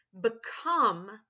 become